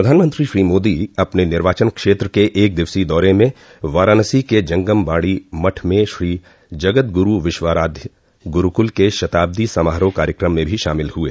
प्रधानमंत्री श्री मोदी अपने निर्वाचन क्षेत्र के एक दिवसीय दौरे में वाराणसी के जगम वाणी मठ में श्री जगद्ग़रू विश्वाराध्य गुरूकुल के शताब्दी समारोह कार्यक्रम में भी शामिल हुए